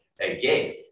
again